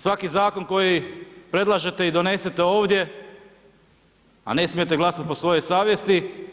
Svaki zakon koji predlažete i donesete ovdje a ne smijete glasati po svojoj savjesti